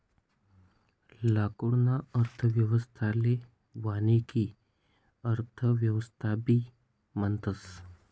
लाकूडना अर्थव्यवस्थाले वानिकी अर्थव्यवस्थाबी म्हणतस